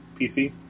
PC